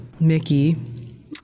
mickey